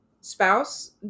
spouse